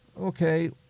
okay